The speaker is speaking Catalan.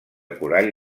coral